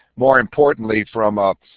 more importantly from a